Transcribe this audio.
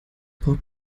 braucht